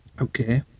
Okay